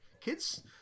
Kids